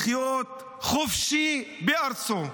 לחיות חופשי בארצו.